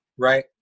Right